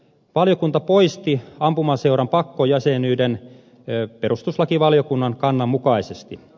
valiokunta poisti ampumaseuran pakkojäsenyyden perustuslakivaliokunnan kannan mukaisesti